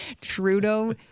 Trudeau